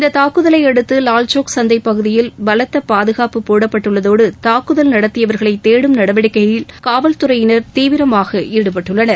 இந்தத் தாக்குதலையடுத்து வால்சௌக் சந்தைப்பகுதியில் பலத்த பாதுகாப்பு போடப்பட்டுள்ளதோடு தாக்குதல் நடத்தியவர்களை தேடும் நடவடிக்கையில் காவல்துறையினர் தீவிரமாக ஈடுபட்டுள்ளனர்